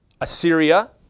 Assyria